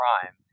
prime